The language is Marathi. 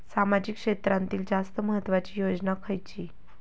सामाजिक क्षेत्रांतील जास्त महत्त्वाची योजना खयची?